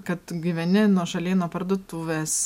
kad gyveni nuošaliai nuo parduotuvės